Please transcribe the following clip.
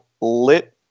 Lit